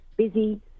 Busy